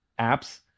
apps